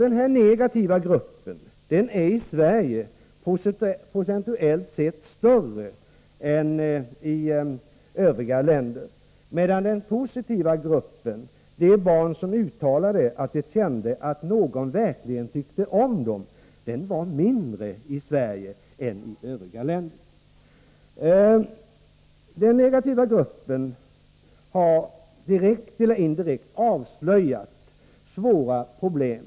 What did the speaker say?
Den här negativa gruppen är i Sverige procentuellt sett större än i övriga länder, medan den positiva gruppen, de barn som uttalade att de kände att någon verkligen tyckte om dem, var mindre i Sverige än i övriga länder. Den negativa gruppen har direkt eller indirekt avslöjat svåra problem.